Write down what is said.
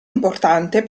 importante